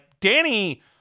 Danny